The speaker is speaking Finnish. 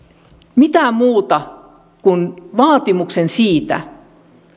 mitään muuta kuin vaatimuksen siitä